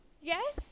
yes